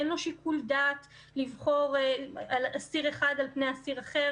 אין לו שיקול דעת לבחור אסיר אחד על פני אסיר אחר.